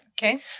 Okay